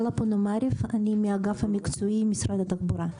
אלה פונאמרוב, אני מהאגף המקצועי במשרד התחבורה.